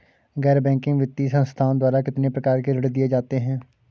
गैर बैंकिंग वित्तीय संस्थाओं द्वारा कितनी प्रकार के ऋण दिए जाते हैं?